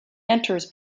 enters